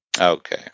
Okay